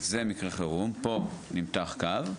זה מקרה חירום, פה נמתח קו,